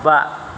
बा